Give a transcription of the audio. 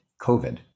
COVID